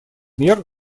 мер